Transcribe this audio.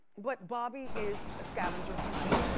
but bobby is a scavenger for money.